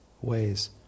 ways